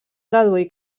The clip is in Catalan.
deduir